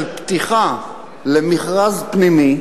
של פתיחה למכרז פנימי,